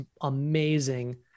amazing